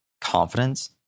confidence